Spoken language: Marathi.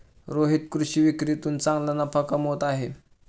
रोहित कृषी विक्रीतून चांगला नफा कमवत आहे